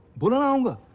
what did i and